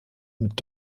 mit